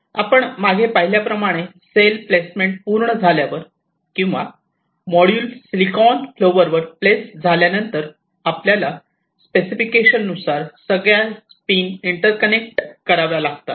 आपण मागे पाहिल्याप्रमाणे सेल प्लेसमेंट पूर्ण झाल्यावर किंवा मॉड्यूल सिलिकॉन फ्लोअर वर प्लेस झाल्यानंतर आपल्याला स्पेसिफिकेशन नुसार सगळ्या पिन इंटर्कनेक्ट कराव्या लागतात